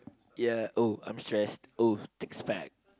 ya oh I'm stressed oh takes fact